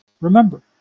Remember